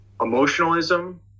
emotionalism